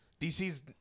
DC's